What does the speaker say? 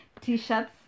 T-shirts